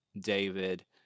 David